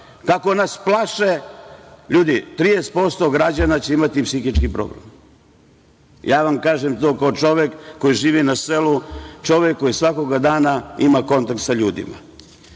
kako nas plaše, ljudi, 30% građana će imati psihički problem. Ja vam kažem to kao čovek koji živi na selu, čovek koji svakog dana ima kontakt sa ljudima. Znači,